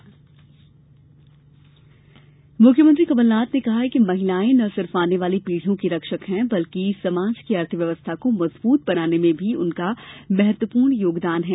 महिला सम्मेलन मुख्यमंत्री कमलनाथ ने कहा है कि महिलाएं न सिर्फ आने वाली पीढ़ियों की रक्षक हैं बल्कि समाज की अर्थ व्यवस्था को मजबूत बनाने में भी उनका महत्वपूर्ण योगदान है